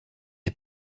est